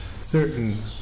certain